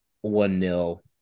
one-nil